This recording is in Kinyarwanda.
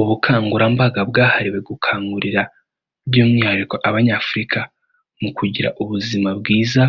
Ubukangurambaga bwahariwe gukangurira by'umwihariko abanyafurika, mu kugira ubuzima bwiza